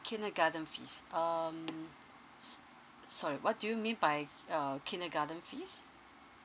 kindergartens fee um s~ sorry what do you mean by err kindergarten fees